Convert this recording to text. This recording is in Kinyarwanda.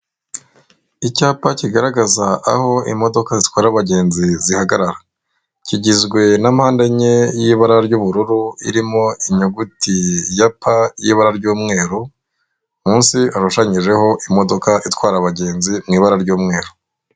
Icyapa kigaragaza aho imodoka zitwara abagenzi zihara kigizwe na mpandenye y'ibara ry'ubururu irimo inyuguti ya pa y'ibara ry'umweru munsi hashushanyijeho imodoka itwara abagenzi mu ibara ry'umweru.